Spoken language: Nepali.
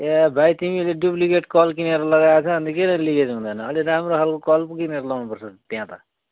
ए भाइ तिमीले डुप्लिकेट कल किनेर लगाएछ अन्त किन लिकेज हुँदैन अलि राम्रो खालको कल पो किनेर लगाउनु पर्छ त्यहाँ त